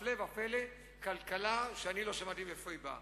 הפלא ופלא, כלכלה שאני לא שמעתי מאיפה היא באה.